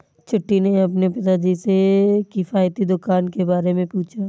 छुटकी ने अपने पिताजी से किफायती दुकान के बारे में पूछा